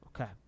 Okay